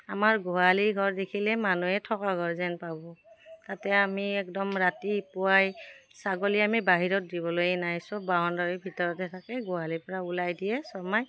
আমাৰ গোহালি ঘৰ দেখিলে মানুহে থকা ঘৰ যেন পাব তাতে আমি একদম ৰাতি পুৱাই ছাগলী আমি বাহিৰত দিবলৈ নাই চব বাউণ্ডেৰীৰ ভিতৰতে থাকে গোহালিৰ পৰা ওলাই দিয়ে শৰ্মাই